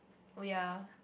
oh ya